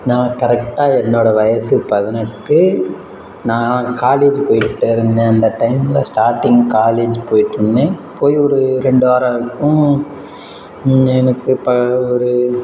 நான் கரெக்டாக என்னோடய வயது பதினெட்டு நான் காலேஜ் போய்விட்டு இருந்தேன் அந்த டைமில் ஸ்டார்டிங் காலேஜ் போய்விட்டு இருந்தேன் போய் ஒரு ரெண்டு வாரம் இருக்கும் எனக்கு ப ஒரு